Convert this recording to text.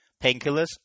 Painkillers